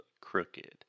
crooked